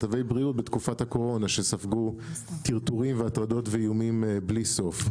כתבי בריאות בתקופת הקורונה שספגו טרטורים והטרדות ואיומים בלי סוף,